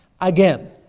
Again